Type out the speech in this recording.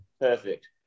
perfect